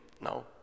No